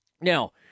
Now